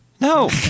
No